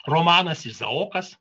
romanas izaokas